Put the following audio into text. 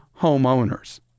homeowners